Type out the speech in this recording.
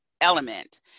element